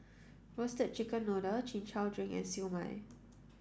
roasted chicken noodle chin chow drink and Siew Mai